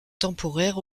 temporaire